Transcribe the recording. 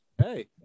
Hey